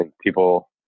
people